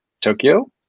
Tokyo